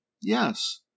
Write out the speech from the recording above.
yes